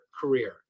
career